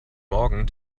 morgen